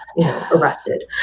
arrested